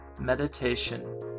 Meditation